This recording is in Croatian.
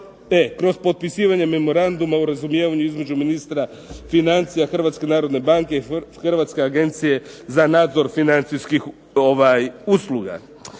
kroz potpisivanje memoranduma o razumijevanju između ministra financija Hrvatske narodne banke i Hrvatske agencije za nadzor financijskih usluga.